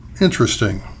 Interesting